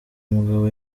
mugabo